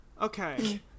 Okay